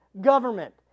government